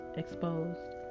exposed